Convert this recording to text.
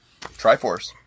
Triforce